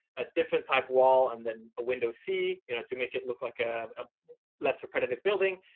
a different type wall and then a window c you know to make it look like ah a less repetitive building.